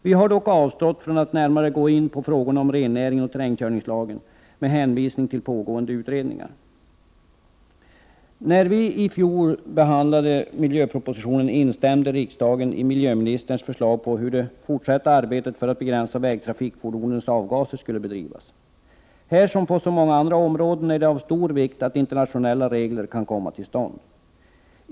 Vi har dock avstått från att närmare gå in frågorna om rennäringen och terrängkörningslagen med hänvisning till pågående utredningar. När vi i fjol behandlade miljöpropositionen instämde riksdagen i miljöministerns förslag till hur det fortsatta arbetet för att begränsa vägtrafikfordonens avgaser skulle bedrivas. Här som på så många andra områden är det av stor vikt att internationella regler kan komma till stånd.